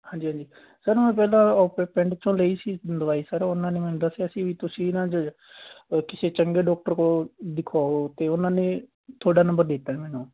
ਹਾਂਜੀ ਹਾਂਜੀ ਸਰ ਹੁਣ ਪਹਿਲਾਂ ਓਥੇ ਪਿੰਡ 'ਚੋਂ ਲਈ ਸੀ ਦਵਾਈ ਸਰ ਉਹਨਾਂ ਨੇ ਮੈਨੂੰ ਦੱਸਿਆ ਸੀ ਵੀ ਤੁਸੀਂ ਨਾ ਜ ਕਿਸੇ ਚੰਗੇ ਡੋਕਟਰ ਕੋਲ ਦਿਖਵਾਓ ਅਤੇ ਉਹਨਾਂ ਨੇ ਤੁਹਾਡਾ ਨੰਬਰ ਦੇ ਤਾ ਮੈਨੂੰ